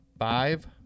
Five